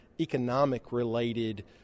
economic-related